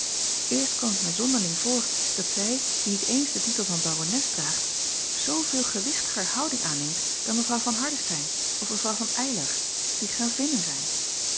erst kwam het mij zonderling voor dat zij die niet eens den titel van arones draagt zooveel gewichtiger houding aanneemt dan w van ardestein of w van ylar die ravinnen zijn